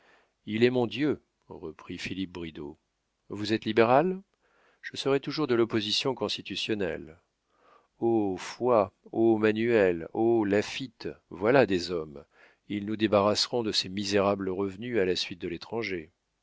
il est mon dieu reprit philippe bridau vous êtes libéral je serai toujours de l'opposition constitutionnelle oh foy oh manuel oh laffitte voilà des hommes ils nous débarrasseront de ces misérables revenus à la suite de l'étranger